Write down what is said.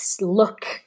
look